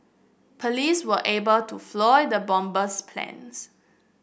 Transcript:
police were able to foil the bomber's plans